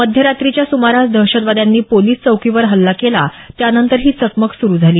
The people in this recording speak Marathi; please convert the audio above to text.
मध्यरात्रीच्या सुमारास दहशतवाद्यांनी पोलिस चौकीवर हल्ला केला त्यानंतर ही चकमक सुरु झाली